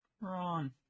Ron